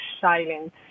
silence